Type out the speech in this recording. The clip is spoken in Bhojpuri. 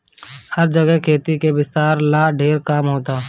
हर जगे खेती के विस्तार ला ढेर काम होता